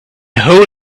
whole